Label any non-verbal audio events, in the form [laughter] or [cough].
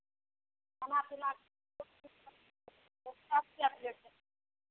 खाना पीनाके [unintelligible] सभकिछु भेट जायत